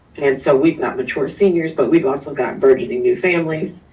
and so we've not mature seniors, but we've also gotten burgeoning new families.